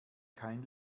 kein